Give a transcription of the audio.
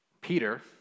Peter